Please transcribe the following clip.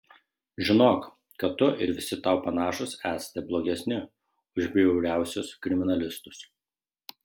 žinok kad tu ir visi tau panašūs esate blogesni už bjauriausius kriminalistus